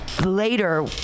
later